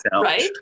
right